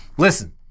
Listen